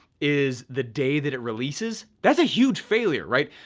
is the day that it releases, that's a huge failure, right?